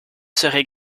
serait